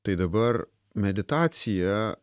tai dabar meditacija